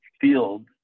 field